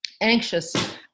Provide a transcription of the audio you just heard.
anxious